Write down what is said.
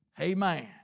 Amen